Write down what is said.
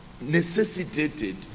necessitated